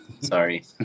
Sorry